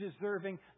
deserving